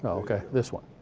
okay, this one.